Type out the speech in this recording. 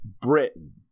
Britain